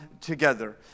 together